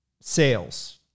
sales